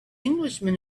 englishman